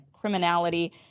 criminality